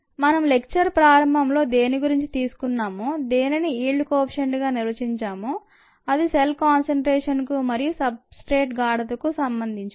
మనం లెక్చర్ ప్రారంభంలో దేని గురించి తీసుకున్నామో దేనిని ఈల్డ్ కోఎఫెషెంట్గా నిర్వచించామో అది సెల్ కాన్సంట్రేషన్కు మరియు సబ్ స్ట్రేట్ గాఢతకు సంబంధించినది